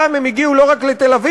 הפעם הם הגיעו לא רק לתל-אביב,